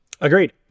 agreed